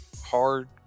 hard